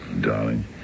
Darling